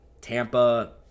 Tampa